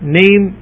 name